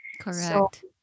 Correct